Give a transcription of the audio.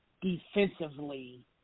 defensively